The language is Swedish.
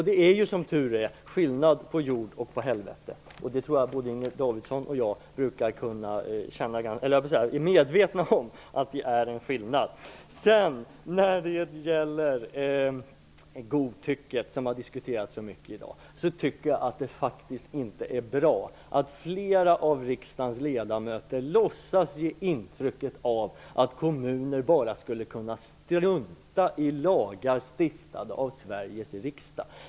Det är ju, som tur är, skillnad på jord och på helvete - jag tror nog att både Inger Davidson och jag är medvetna om att det är en skillnad. Godtycket har diskuterats mycket i dag. Jag tycker faktiskt inte att det är bra att flera av riksdagens ledamöter ger intryck av att kommuner bara skulle kunna strunta i lagar stiftade av Sveriges riksdag.